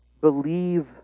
Believe